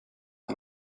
die